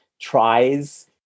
tries